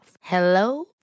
Hello